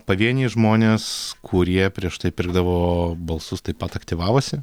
pavieniai žmonės kurie prieš tai pirkdavo balsus taip pat aktyvavosi